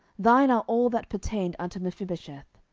thine are all that pertained unto mephibosheth.